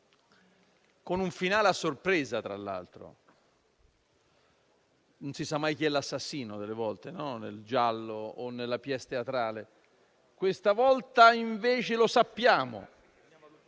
con un finale a sorpresa, tra l'altro: non si sa mai chi è l'assassino nei gialli o nelle *pièce* teatrali. Questa volta invece lo sappiamo: